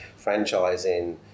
Franchising